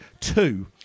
two